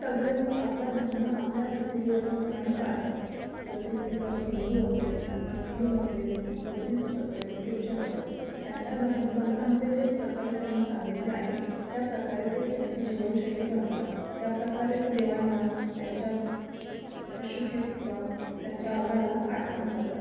सगळे लोक आपला धर्म आपल्या रीतीरिवाजाप्रमाणे पाळतात जसे की जर हिंदू असेल मुस्लीम असेल बुद्धिस्ट असेल ख्रिच्चन असेल त्यांच्या धर्मग्रंथामध्ये जे प्रकारे त्यांना सांगितले आहे त्याप्रकारे ते त्यांची जीवनशैली बनवतात त्याप्रकारे ते देवांना त्यांच्या येशू ख्रिस्ताला त्यांच्या अल्लाला आठवण करतात